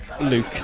Luke